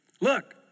Look